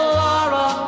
laura